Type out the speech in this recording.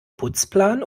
putzplan